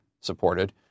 supported